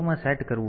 તેથી મૂળ મૂલ્ય